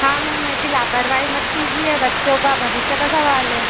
हाँ मैम ऐसी लापरवाही मत कीजिए बच्चों का भविष्य का सवाल है